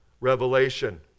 revelation